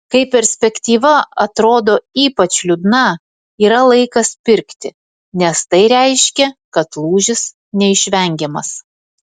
kai perspektyva atrodo ypač liūdna yra laikas pirkti nes tai reiškia kad lūžis neišvengiamas